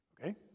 okay